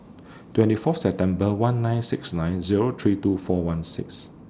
twenty Fourth September one nine six nine Zero three two four one six